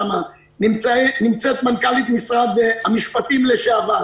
נמצאת מנכ"לית משרד המשפטים לשעבר,